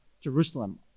Jerusalem